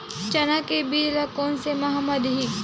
चना के बीज ल कोन से माह म दीही?